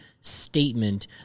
statement